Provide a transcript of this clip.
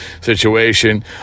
situation